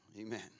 Amen